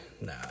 Nah